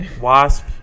Wasp